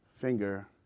finger